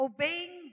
Obeying